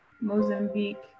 Mozambique